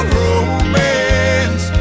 romance